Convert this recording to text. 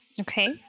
okay